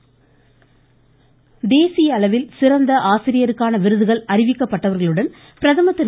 ஆசிரியர் விருது தேசிய அளவில் சிறந்த ஆசிரியருக்கான விருதுகள் அறிவிக்கப்பட்டவர்களுடன் பிரதமர் திரு